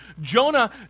Jonah